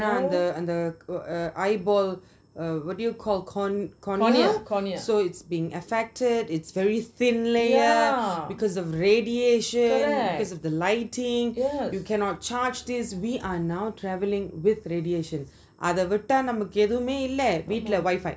அந்த அந்த:antha antha (uh)eyeball uh what do you call cor~ cornea so it's been affected it's very thin layered because of radiation because of the lighting you cannot charge this we are now travelling with radiation அத விட்ட நம்மக்கு ஏதுமே இல்ல:atha vitta nammaku eathumey illa with the wifi